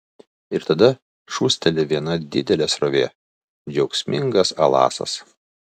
ir tada šūsteli viena didelė srovė džiaugsmingas alasas